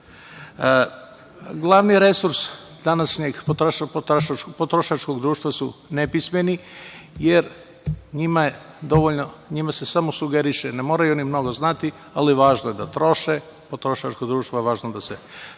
resurs današnjeg potrošačkog društva su nepismeni, jer njima se samo sugeriše, ne moraju oni mnogo znati, ali važno je da troše, potrošačkom društvu je važno da se